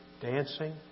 dancing